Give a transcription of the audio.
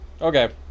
Okay